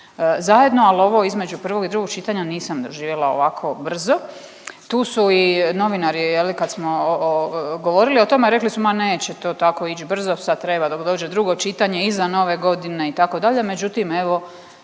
zajedno, ali ovo između prvog i drugog čitanja nisam doživjela ovako brzo. Tu su i novinari kad smo govorili o tome rekli su ma neće to tako ići brzo sad treba dok dođe drugo čitanje iza Nove godine itd.,